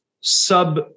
sub